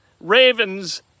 Ravens